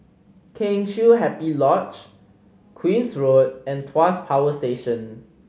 Kheng Chiu Happy Lodge Queen's Road and Tuas Power Station